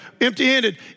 empty-handed